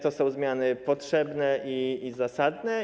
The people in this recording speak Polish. To są zmiany potrzebne i zasadne.